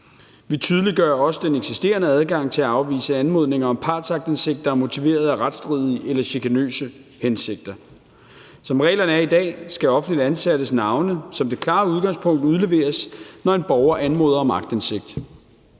Vi tydeliggør også den eksisterende adgang til at afvise anmodninger om partsaktindsigt, der er motiveret af retsstridige eller chikanøse hensigter. Som reglerne er i dag, skal offentligt ansattes navne klart som udgangspunkt udleveres, når en borger anmoder om aktindsigt.